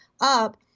up